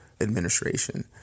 Administration